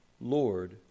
Lord